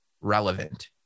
relevant